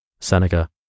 Seneca